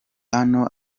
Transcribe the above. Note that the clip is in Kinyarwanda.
hano